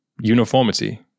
uniformity